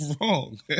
wrong